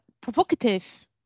provocative